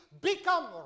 become